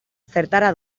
zertara